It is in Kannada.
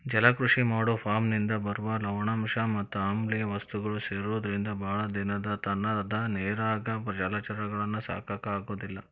ಜಲಕೃಷಿ ಮಾಡೋ ಫಾರ್ಮನಿಂದ ಬರುವ ಲವಣಾಂಶ ಮತ್ ಆಮ್ಲಿಯ ವಸ್ತುಗಳು ಸೇರೊದ್ರಿಂದ ಬಾಳ ದಿನದತನ ಅದ ನೇರಾಗ ಜಲಚರಗಳನ್ನ ಸಾಕಾಕ ಆಗೋದಿಲ್ಲ